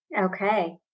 Okay